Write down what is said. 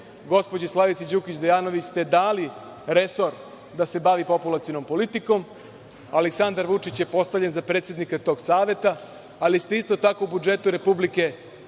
gospođi Slavici Đukić Dejanović ste dali resor da se bavi populacionom politikom. Aleksandar Vučić je postavljen za predsednika tog saveta, ali ste isto tako u budžetu Republike